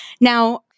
Now